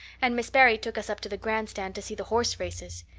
and miss barry took us up to the grandstand to see the horse races.